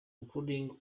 including